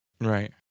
Right